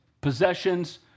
possessions